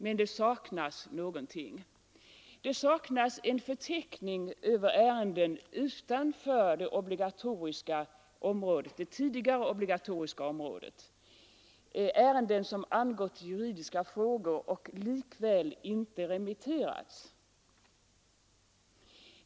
Men det saknas någonting: nämligen en förteckning över ärenden utanför det tidigare obligatoriska området, ärenden som angått juridiska frågor och likväl inte remitterats.